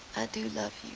do love